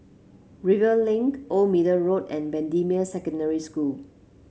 Rivervale Link Old Middle Road and Bendemeer Secondary School